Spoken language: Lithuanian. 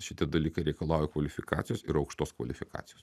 šitie dalykai reikalauja kvalifikacijos ir aukštos kvalifikacijos